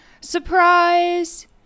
Surprise